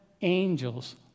angels